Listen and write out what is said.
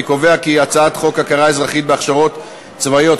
אני קובע כי הצעת חוק הכרה אזרחית בהכשרות צבאיות,